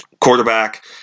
quarterback